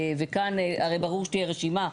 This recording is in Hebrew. וכאן, הרי ברור שתהיה רשימה.